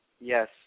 Yes